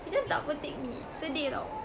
he just double tick me sedih tahu